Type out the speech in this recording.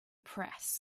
press